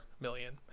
million